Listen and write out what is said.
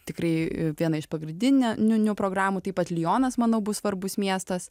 tikrai viena iš pagrindinių programų taip pat lionas manau bus svarbus miestas